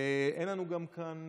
אין לנו גם כאן,